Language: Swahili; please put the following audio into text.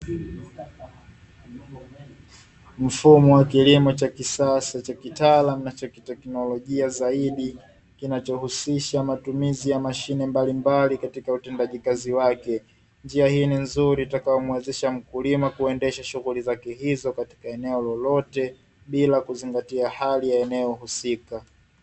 Mfumo wa kilimo cha kisasa cha kitaalamu na cha kiteknolojia zaidi, kinachohusisha matumizi ya mashine mbalimbali katika utendaji kazi wake. Njia hii ni nzuri itakayomuwezesha mkulima kuendesha shughuli zake hizo katika eneo lolote, bila kuzingatia hali ya eneo husika.